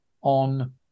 on